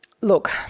look